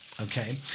okay